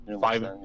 five